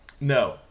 No